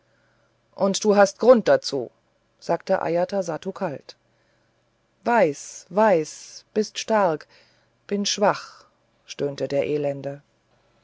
fieberfrost du hast grund dazu sagte ajatasattu kalt weiß weiß bist stark bin schwach stöhnte der elende